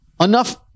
enough